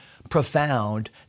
profound